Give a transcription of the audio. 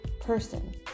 person